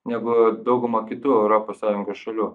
negu dauguma kitų europos sąjungos šalių